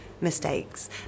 mistakes